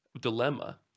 dilemma